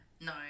no